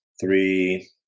three